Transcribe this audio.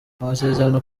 amasezerano